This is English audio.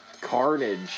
carnage